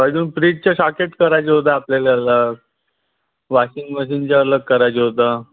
अजून फ्रीजचं शॉकेट करायचं होतं आपल्याला अलग वॉशिंग मशीनचं अलग करायचं होतं